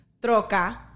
troca